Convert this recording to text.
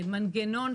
למנגנון